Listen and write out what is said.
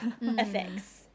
effects